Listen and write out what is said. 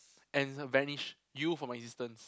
and banish you from existence